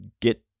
get